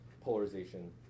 polarization